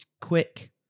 quick